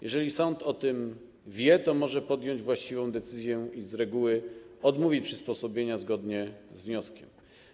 Jeżeli sąd o tym wie, to może podjąć właściwa decyzję i z reguły odmówi przysposobienia zgodnie z wnioskiem.